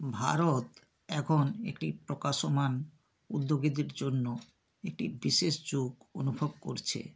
ভারত এখন একটি প্রকাশমান উদ্যোগীদের জন্য একটি বিশেষ যোগ অনুভব করছে